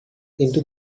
into